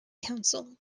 council